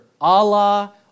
Allah